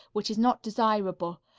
which is not desirable,